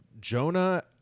jonah